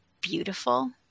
beautiful